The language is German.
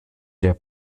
der